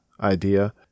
idea